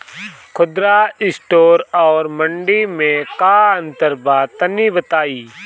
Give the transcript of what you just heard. खुदरा स्टोर और मंडी में का अंतर बा तनी बताई?